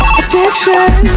addiction